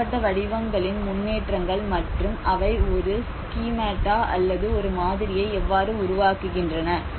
கட்டப்பட்ட வடிவங்களின் முன்னேற்றங்கள் மற்றும் அவை ஒரு ஸ்கீமாட்டா அல்லது ஒரு மாதிரியை எவ்வாறு உருவாக்குகின்றன